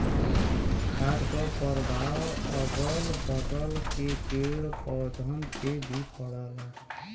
खाद क परभाव अगल बगल के पेड़ पौधन पे भी पड़ला